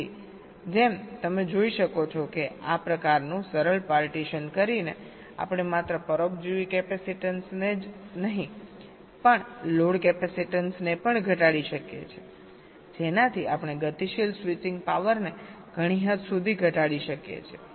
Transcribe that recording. તેથી જેમ તમે જોઈ શકો છો કે આ પ્રકારનું સરળ પાર્ટીશન કરીને આપણે માત્ર પરોપજીવી કેપેસીટન્સને જ નહીં પણ લોડ કેપેસિટેન્સને પણ ઘટાડી શકીએ છીએ જેનાથી આપણે ગતિશીલ સ્વિચિંગ પાવરને ઘણી હદ સુધી ઘટાડી શકીએ છીએ